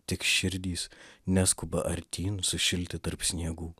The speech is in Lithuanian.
tik širdys neskuba artyn sušilti tarp sniegų